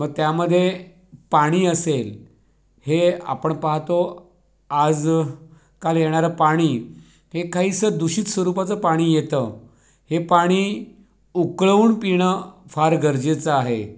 मग त्यामध्ये पाणी असेल हे आपण पाहतो आज काल येणारं पाणी हे काहीसं दूषित स्वरूपाचं पाणी येतं हे पाणी उकळवून पिणं फार गरजेचं आहे